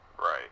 Right